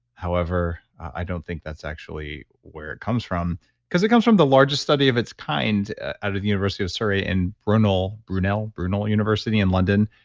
however, i don't think that's actually where it comes from because it comes from the largest study of its kind out of the university of surrey in brunel brunel university in london,